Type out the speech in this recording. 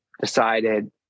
decided